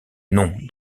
nom